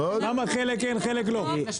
למה חלק כן חלק לא?